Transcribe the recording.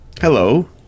hello